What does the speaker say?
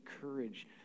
courage